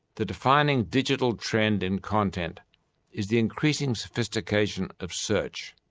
the defining digital trend in content is the increasing sophistication of search.